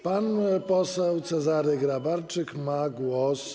Pan poseł Cezary Grabarczyk ma głos.